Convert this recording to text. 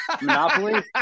Monopoly